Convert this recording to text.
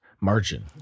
Margin